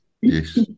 Yes